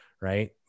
right